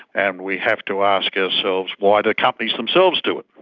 and we have to ask ourselves why do company themselves do it,